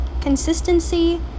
consistency